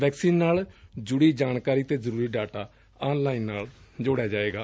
vaccine ਨਾਲ ਜੁੜੀ ਜਾਣਕਾਰੀ ਅਤੇ ਜ਼ਰੁਰੀ ਡਾਟਾ ਆਨ ਲਾਈਨ ਜੋੜਿਆ ਜਾਏਗਾ